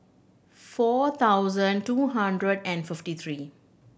four thousand two hundred and fifty three